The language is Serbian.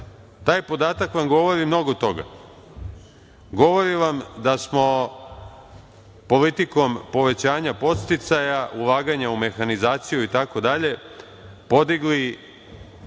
Taj podatak vam govori mnogo toga, govori vam da smo politikom povećanja podsticaja i ulaganja u mehanizaciju i tako